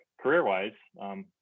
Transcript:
career-wise